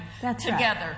together